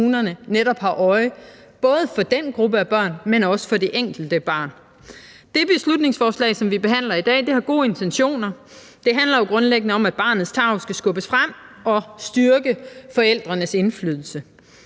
at have øje for både den gruppe af børn, men også for det enkelte barn. Det beslutningsforslag, som vi behandler i dag, har gode intentioner. Det handler grundlæggende om, at barnets tarv skal skubbes frem og forældrenes indflydelse